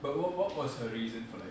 but what what was her reason for like